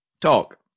talk